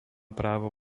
právo